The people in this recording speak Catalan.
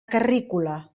carrícola